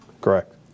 correct